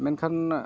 ᱢᱮᱱᱠᱷᱟᱱ